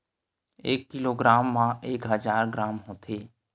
एक किलोग्राम मा एक हजार ग्राम होथे